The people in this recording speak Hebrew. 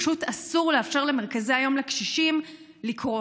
פשוט אסור לאפשר למרכזי היום לקשישים לקרוס.